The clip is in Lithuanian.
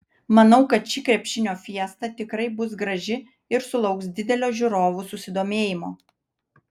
manau kad ši krepšinio fiesta tikrai bus graži ir sulauks didelio žiūrovų susidomėjimo